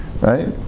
right